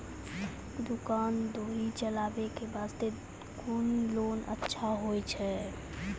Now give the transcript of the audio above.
दुकान दौरी चलाबे के बास्ते कुन लोन अच्छा होय छै?